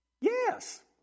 Yes